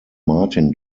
martin